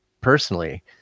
personally